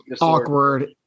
awkward